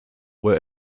were